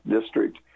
district